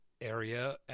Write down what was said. area